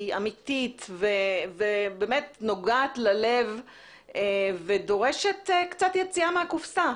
אמיתית ונוגעת ללב ודורשת קצת יציאה מהקופסה.